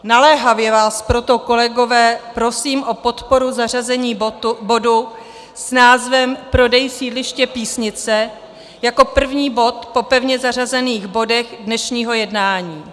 Naléhavě vás proto, kolegové, prosím o podporu zařazení bodu s názvem Prodej sídliště Písnice jako první bod po pevně zařazených bodech dnešního jednání.